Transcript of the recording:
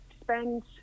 spend